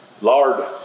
Lord